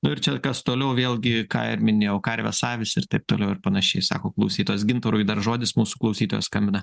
nu ir čia kas toliau vėlgi ką ir minėjau karvės avys ir taip toliau ir panašiai sako klausytojas gintarui dar žodis mūsų klausytojas skambina